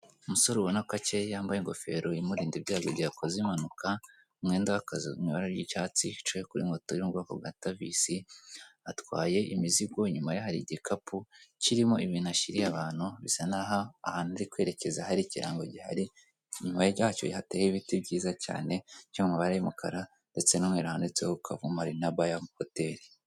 Umusore ubona ko akeye yambaye ingofero ubonako yamurinda igihe akoze impanuka umwenda w'akazi uri mumabara y'icyatsi wicaye kuri moto iri mubwoko bwa tovisi atwate imizigo inyuma ye hari igikapu kirimo imi na shiri abantu bisa naho ahantu ari kwerekeza hari ikirango gihari inyuma yacyo hateye ibiti byiza cyane cyo mumabara y'umukara ndetse handitseho kavamari na baya hoteri.